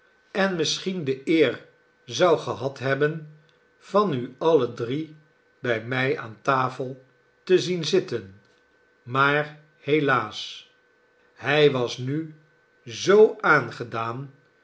en misschien de eer zou gehad hebben van u alle drie bij mij aan tafel te zien zitten maar helaas hij was nu zoo aangedaan